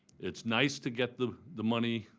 it's nice to get the the money.